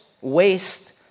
waste